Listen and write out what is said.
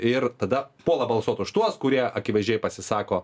ir tada puola balsuot už tuos kurie akivaizdžiai pasisako